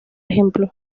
ejemplo